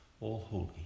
all-holy